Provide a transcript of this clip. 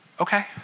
Okay